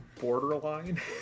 borderline